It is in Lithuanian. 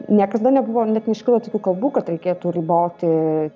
niekada nebuvo net neiškilo tokių kalbų kad reikėtų riboti